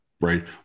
right